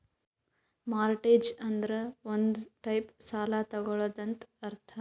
mortgage ಅಂದುರ್ ಒಂದ್ type ಸಾಲ ತಗೊಳದಂತ್ ಅರ್ಥ